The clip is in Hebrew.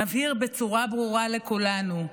מבהיר בצורה ברורה לכולנו: